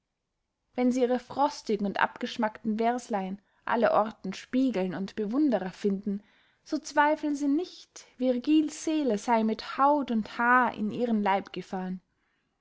wenn sie ihre frostigen und abgeschmackten verslein allerorten spiegeln und bewunderer finden so zweifeln sie nicht virgils seele sey mit haut und haar in ihren leib gefahren